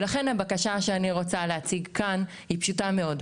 לכן הבקשה שאני רוצה להציג כאן היא פשוטה מאוד.